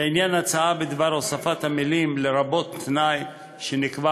לעניין ההצעה בדבר הוספת המילים "לרבות תנאי שנקבע